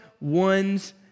one's